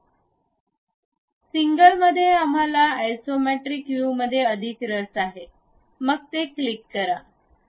सिंगलमध्ये आम्हाला isometric view मध्ये अधिक रस आहे मग ते क्लिक करा